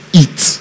eat